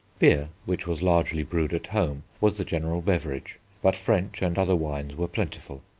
beer, which was largely brewed at home, was the general beverage, but french and other wines were plentiful.